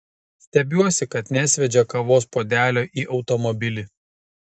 stebiuosi kad nesviedžia kavos puodelio į automobilį